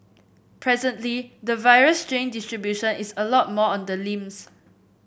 presently the virus strain distribution is a lot more on the limbs